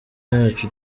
yacu